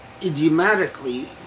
idiomatically